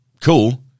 cool